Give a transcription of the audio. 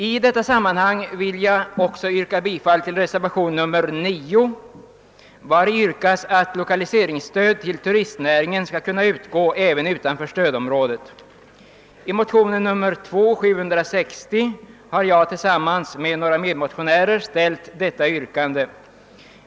I detta sammanhang vill jag också yrka bifall till reservationen 9 vari yrkas att lokaliseringsstöd till turistnäringen skall kunna utgå även utanför stödområdet. I motionen II: 760 har jag tillsammans med några medmotionärer ställt detta yrkande.